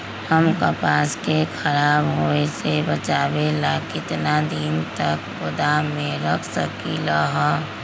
हम कपास के खराब होए से बचाबे ला कितना दिन तक गोदाम में रख सकली ह?